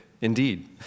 indeed